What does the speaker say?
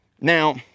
Now